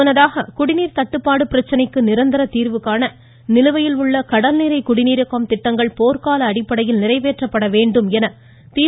முன்னதாக குடிநீர் தட்டுப்பாடு பிரச்சனைக்கு நிரந்தர தீர்வுகாண நிலுவையில் உள்ள கடல்நீரை குடிநீராக்கும் திட்டங்கள் போர்க்கால அடிப்படையில் நிறைவேற்றப்பட வேண்டும் என் தி